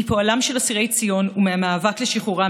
מפועלם של אסירי ציון ומהמאבק לשחרורם